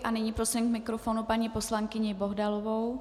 A nyní prosím k mikrofonu paní poslankyni Bohdalovou.